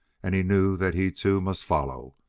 and he knew that he too must follow,